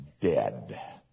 dead